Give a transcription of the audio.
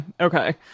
Okay